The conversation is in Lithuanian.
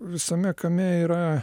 visame kame yra